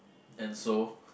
and so